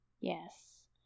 Yes